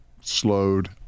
slowed